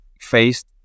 faced